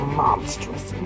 monstrous